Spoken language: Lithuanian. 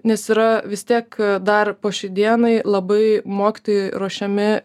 nes yra vis tiek dar po šiai dienai labai mokytojai ruošiami